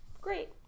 great